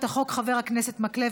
חברת הכנסת ענת ברקו,